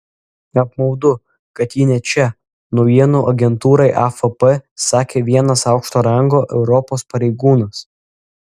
apmaudu kad ji ne čia naujienų agentūrai afp sakė vienas aukšto rango europos pareigūnas